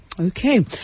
Okay